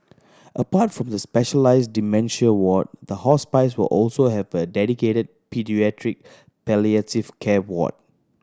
apart from the specialised dementia ward the hospice will also have a dedicated paediatric palliative care ward